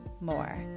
more